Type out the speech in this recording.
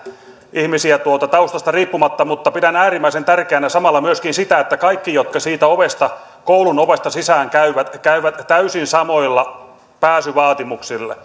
ihmisiä taustasta riippumatta mutta pidän äärimmäisen tärkeänä samalla myöskin sitä että kaikki jotka siitä koulun ovesta sisään käyvät käyvät täysin samoilla pääsyvaatimuksilla